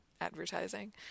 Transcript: advertising